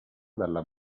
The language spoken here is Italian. dalla